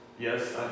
yes